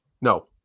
no